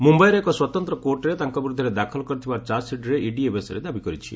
ମୁମ୍ବାଇର ଏକ ସ୍ପତନ୍ତ୍ର କୋର୍ଟରେ ତାଙ୍କ ବିରୁଦ୍ଧରେ ଦାଖଲ କରିଥିବା ଚାର୍ଜସିଟ୍ରେ ଇଡି ଏ ବିଷୟରେ ଦାବି କରିଛି